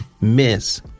Miss